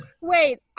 Wait